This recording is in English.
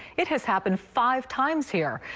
it has happened five times here.